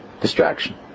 distraction